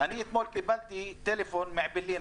אתמול קיבלתי טלפון מעאבלין,